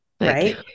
Right